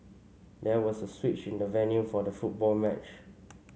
there was a switch in the venue for the football match